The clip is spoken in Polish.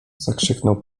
zakrzyknął